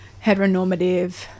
heteronormative